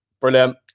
Brilliant